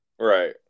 Right